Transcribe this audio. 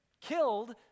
killed